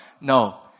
no